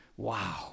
Wow